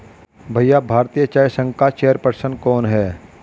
भैया भारतीय चाय संघ का चेयर पर्सन कौन है?